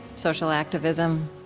social activism.